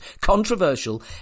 controversial